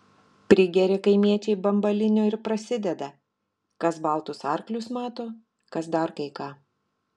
prigeria kaimiečiai bambalinio ir prasideda kas baltus arklius mato kas dar kai ką